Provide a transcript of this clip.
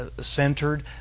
centered